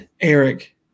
Eric